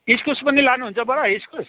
इस्कुस पनि लानुहुन्छ बडा इस्कुस